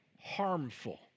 harmful